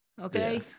Okay